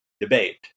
debate